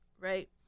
right